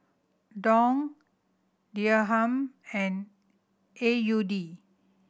Dong Dirham and A U D